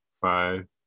Five